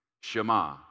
Shema